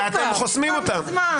--- ואתם חוסמים אותה.